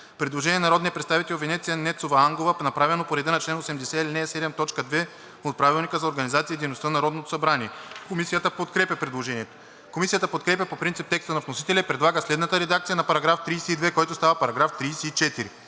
Предложение на народния представител Венеция Нецова-Ангова, направено по реда на чл. 80, ал. 7, т. 2 от Правилника за организацията и дейността на Народното събрание. Комисията подкрепя предложението. Комисията подкрепя по принцип текста на вносителя и предлага следната редакция на § 32, който става § 34: „§ 34.